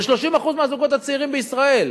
זה 30% מהזוגות הצעירים בישראל.